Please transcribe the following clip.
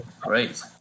great